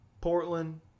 Portland